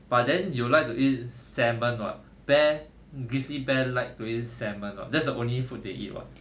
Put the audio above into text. but then you like to eat salmon [what] bear grizzly bear like to eat salmon [what] that's the only food they eat [what]